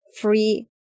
free